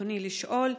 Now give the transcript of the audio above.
ברצוני לשאול: